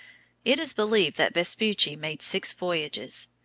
it is believed that vespucci made six voyages.